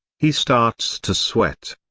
he starts to sweat.